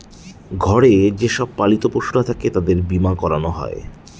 ঘরে যে সব পালিত পশুরা থাকে তাদের বীমা করানো হয়